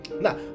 Now